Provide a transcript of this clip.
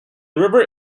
river